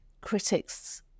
critics